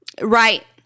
Right